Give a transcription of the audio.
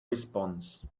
response